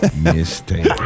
Mistake